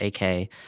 AK